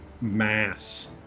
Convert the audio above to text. mass